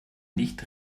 nicht